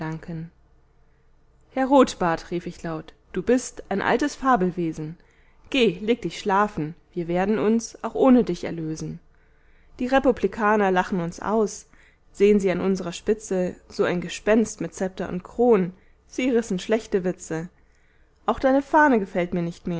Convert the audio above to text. herr rotbart rief ich laut du bist ein altes fabelwesen geh leg dich schlafen wir werden uns auch ohne dich erlösen die republikaner lachen uns aus sehn sie an unserer spitze so ein gespenst mit zepter und kron sie rissen schlechte witze auch deine fahne gefällt mir nicht